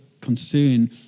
concern